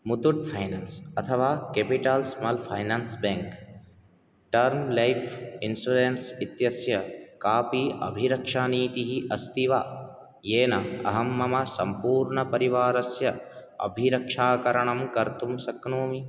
Muthoot finance अथवा capital small finance bank term life insurance इत्यस्य कापि अभिरक्षानीतिः अस्ति वा येन अहं मम सम्पूर्णपरिवारस्य अभिरक्षाकरणं कर्तुं शक्नोमि